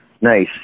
Nice